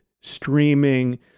streaming